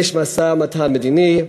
יש משא-ומתן מדיני,